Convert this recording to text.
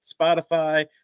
Spotify